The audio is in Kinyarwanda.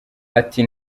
ati